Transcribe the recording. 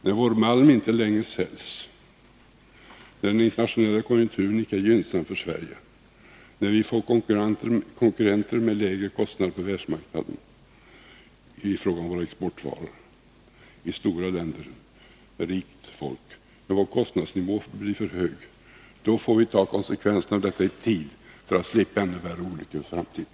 När vår malm inte längre säljs, när den internationella konjunkturen icke är gynnsam för Sverige, när vi i fråga om våra exportvaror på världsmarknaden —i stora länder — får konkurrenter med lägre kostnader, när vår kostnadsnivå blir för hög får vi i tid ta konsekvenserna av detta för att slippa ännu värre olyckor i framtiden.